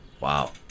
Wow